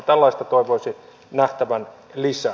tällaista toivoisi nähtävän lisää